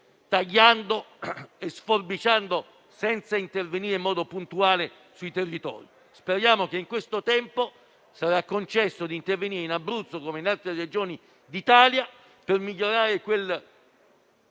tagliando e sforbiciando, senza intervenire in modo puntuale sui territori. Speriamo che in questo tempo sarà concesso di intervenire in Abruzzo, come in altre Regioni d'Italia, per migliorare la